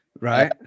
right